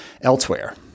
elsewhere